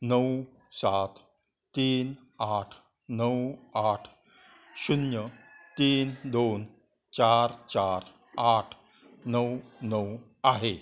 नऊ सात तीन आठ नऊ आठ शून्य तीन दोन चार चार आठ नऊ नऊ आहे